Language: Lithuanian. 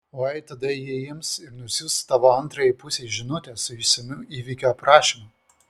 o jei tada ji ims ir nusiųs tavo antrajai pusei žinutę su išsamiu įvykio aprašymu